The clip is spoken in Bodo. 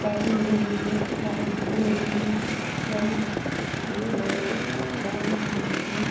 गाव गावनि नाम लिरनाय सोरबा अनजालु अनजालिया गावनि हास्थाइनाय नेम बा मोजां मोन्नायनो